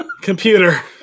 computer